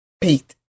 pete